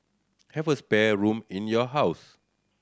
have a spare room in your house